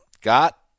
got